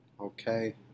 Okay